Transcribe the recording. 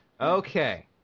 Okay